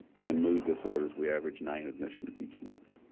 and mood disorders, we average nine admissions each month.